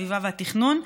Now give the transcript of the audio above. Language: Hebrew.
הסביבה והתכנון.